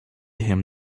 him